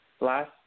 last